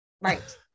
right